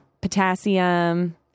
potassium